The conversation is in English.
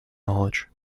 knowledge